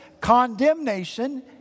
condemnation